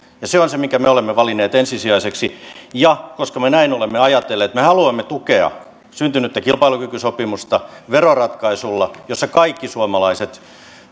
ja se on se minkä me me olemme valinneet ensisijaiseksi ja koska me näin olemme ajatelleet me haluamme tukea syntynyttä kilpailukykysopimusta veroratkaisulla jossa kaikki suomalaiset